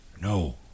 No